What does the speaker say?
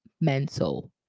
mental